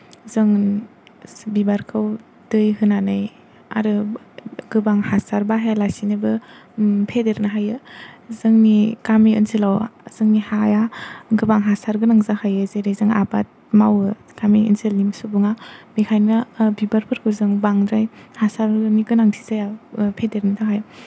जों बिबारखौ दै होनानै आरो गोबां हासार बाहायालासिनोबो फेदेरनो हायो जोंनि गामि ओनसोलाव जोंनि हाया गोबां हासारगोनां जाखायो जेरै जों आबाद मावो गामि ओनसोलनि सुबुङा बेखायनो बिबारफोरखौ जों बांद्राय हासारनि गोनांथि जाया फेदेरनो थाखाय